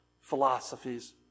philosophies